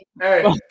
Hey